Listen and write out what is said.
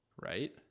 right